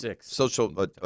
social